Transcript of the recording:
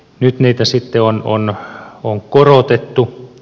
nyt niitä sitten on korotettu